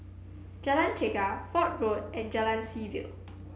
Jalan Chegar Fort Road and Jalan Seaview